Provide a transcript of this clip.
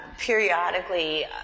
periodically